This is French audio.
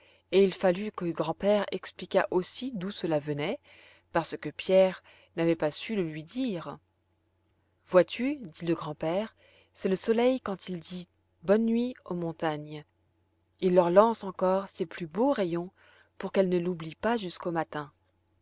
et il fallut que le grand-père expliquât aussi d'où cela venait parce que pierre n'avait pas su le lui dire vois-tu dit le grand-père c'est le soleil quand il dit bonne nuit aux montagnes il leur lance encore ses plus beaux rayons pour qu'elles ne l'oublient pas jusqu'au matin